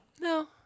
No